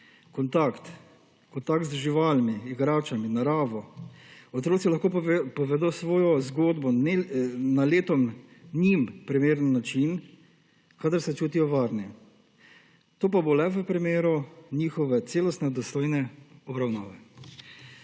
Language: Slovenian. kontakt, kontakt z živalmi, igračami, naravo. Otroci lahko povedo svojo zgodbo na njim primernem način, kadar se čutijo varne, to pa bo le v primeru njihove celostne, dostojne obravnave.